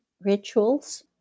rituals